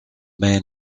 man